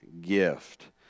gift